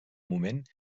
moment